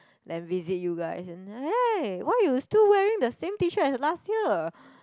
then visit you guys and hey why you still wearing the same T-shirt as last year